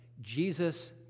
Jesus